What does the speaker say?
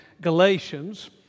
Galatians